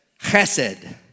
chesed